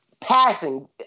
Passing